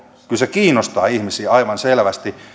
kiinnostaa ihmisiä aivan selvästi